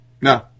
No